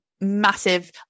massive